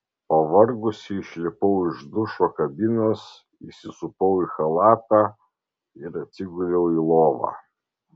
pavargusi išlipau iš dušo kabinos įsisupau į chalatą ir atsiguliau į lovą